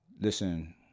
listen